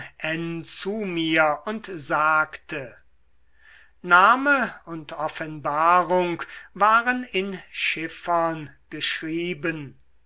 zu mir und sagte name und offenbarung waren in chiffern geschrieben